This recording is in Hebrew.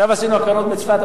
עכשיו עשינו הקרנות בצפת.